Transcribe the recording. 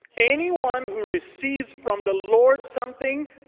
anyone who receives from the lord something.